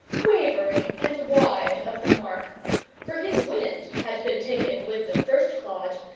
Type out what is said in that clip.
wavering and wide of the mark for his wind had been taken with the first clod,